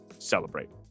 Celebrate